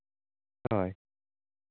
ᱦᱳᱭ